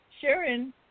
Sharon